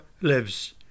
lives